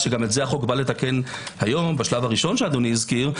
גם את זה החוק בא לתקן היום בשלב הראשון שאדוני הזכיר,